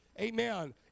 Amen